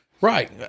Right